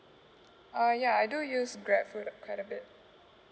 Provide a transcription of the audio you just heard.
uh ya I do use GrabFood quite a bit